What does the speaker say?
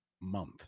month